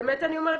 באמת אני אומרת,